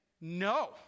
no